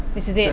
is it.